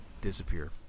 disappear